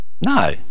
no